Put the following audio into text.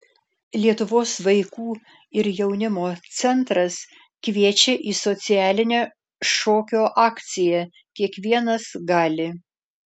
lietuvos vaikų ir jaunimo centras kviečia į socialinę šokio akciją kiekvienas gali